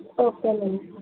ఓకేనండి